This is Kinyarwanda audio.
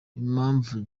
impamvu